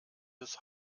des